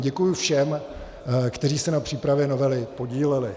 Děkuji všem, kteří se na přípravě novely podíleli.